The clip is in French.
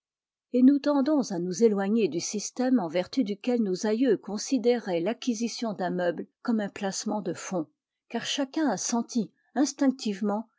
et nous tendons à nous éloigner du système en vertu duquel nos aïeux considéraient l'ac quisition d'un meuble comme un placement de fonds car chacun a senti instinctivement